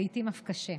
לעיתים אף קשה.